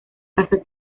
casa